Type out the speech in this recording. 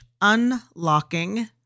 unlocking